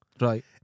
Right